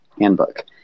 handbook